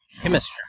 chemistry